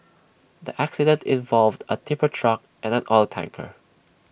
the accident involved A tipper truck and an oil tanker